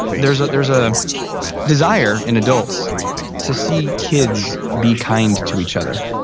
there's there's a desire in adults to see kids be kind to each other.